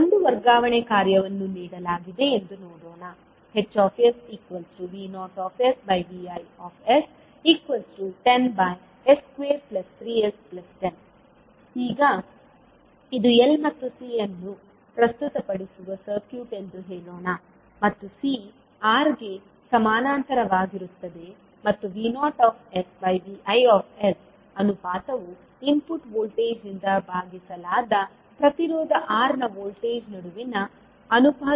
ಒಂದು ವರ್ಗಾವಣೆ ಕಾರ್ಯವನ್ನು ನೀಡಲಾಗಿದೆ ಎಂದು ನೋಡೋಣ HsV0Vi10s23s10 ಈಗ ಇದು L ಮತ್ತು C ಅನ್ನು ಪ್ರಸ್ತುತಪಡಿಸುವ ಸರ್ಕ್ಯೂಟ್ ಎಂದು ಹೇಳೋಣ ಮತ್ತು C R ಗೆ ಸಮಾನಾಂತರವಾಗಿರುತ್ತದೆ ಮತ್ತು V0Vi ಅನುಪಾತವು ಇನ್ಪುಟ್ ವೋಲ್ಟೇಜ್ನಿಂದ ಭಾಗಿಸಲಾದ ಪ್ರತಿರೋಧ R ನ ವೋಲ್ಟೇಜ್ನಡುವಿನ ಅನುಪಾತವನ್ನು ಹೊರತುಪಡಿಸಿ ಬೇರೇನೂ ಅಲ್ಲ